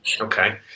Okay